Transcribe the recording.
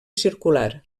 circular